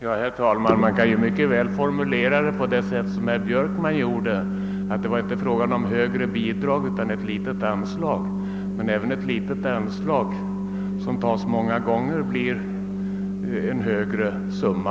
Herr talman! Man kan mycket väl formulera det hela på det sätt herr Björkman gjorde, nämligen så att det inte var fråga om högre bidrag utan om ett litet anslag. Men även ett litet anslag, som ges många gånger, blir en stor summa.